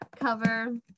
cover